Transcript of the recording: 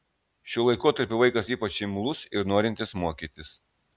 šiuo laikotarpiu vaikas ypač imlus ir norintis mokytis